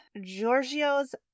Giorgio's